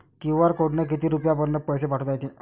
QR कोडनं किती रुपयापर्यंत पैसे पाठोता येते?